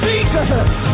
Jesus